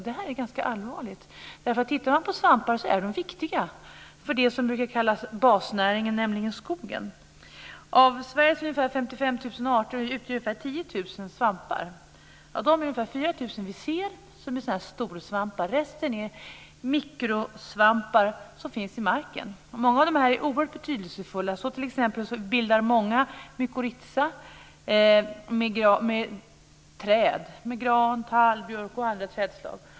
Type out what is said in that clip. Detta är ganska allvarligt, för svampar är viktiga för det som brukar kallas basnäringen, nämligen skogen. Av Sveriges ungefär 55 000 arter utgör ungefär 10 000 svampar. Av dem är ungefär 4 000 storsvampar. Resten är mikrosvampar som finns i marken. Många av dem är oerhört betydelsefulla. T.ex. bildar många av dem mykorrhiza med gran, tall, björk och andra trädslag.